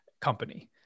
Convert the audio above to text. company